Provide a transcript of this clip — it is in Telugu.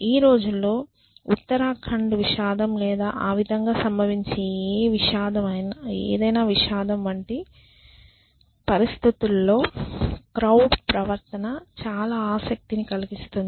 ఈ రోజుల్లో ఉత్తరాఖండ్ విషాదం లేదా ఆ విధంగా సంభవించే ఏదైనా విషాదం వంటి పరిస్థితులలో క్రౌడ్ ప్రవర్తన చాలా ఆసక్తిని కలిగిస్తుంది